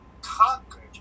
conquered